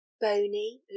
bony